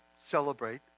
celebrate